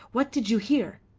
what did you hear?